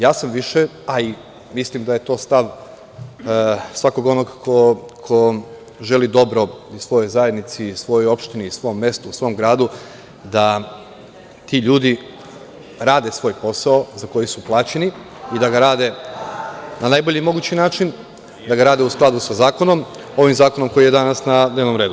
Ja sam više, a i mislim da je to stav svakog onog ko želi dobro svojoj zajednici i svojoj opštini, svom mestu, svom gradu, da ti ljudi rade svoj posao za koji su plaćeni i da ga rade na najbolji mogući način, da ga rade u skladu sa zakonom, ovim zakonom koji je danas na dnevnom redu.